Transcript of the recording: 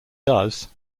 does